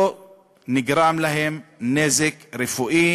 לא נגרם להם נזק רפואי